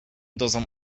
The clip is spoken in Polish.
dozą